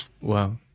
wow